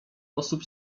osób